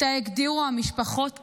שאותה הגדירו המשפחות כמזעזעת.